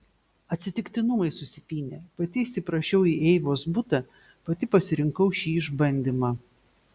atsitiktinumai susipynė pati įsiprašiau į eivos butą pati pasirinkau šį išbandymą